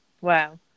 Wow